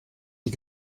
die